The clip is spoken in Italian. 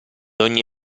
ogni